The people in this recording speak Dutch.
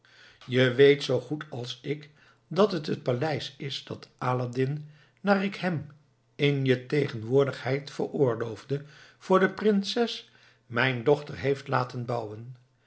je weet zoo goed als ik dat het t paleis is dat aladdin naar ik hem in je tegenwoordigheid veroorloofde voor de prinses mijn dochter heeft laten bouwen